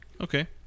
Okay